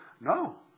no